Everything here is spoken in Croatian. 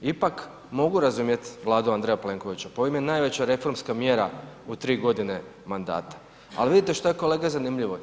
Ipak mogu razumjeti Vladu Andreja Plenkovića, pa ovo im je najveća reformska mjera u tri godine mandata, ali vidite što je kolega zanimljivo.